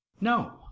no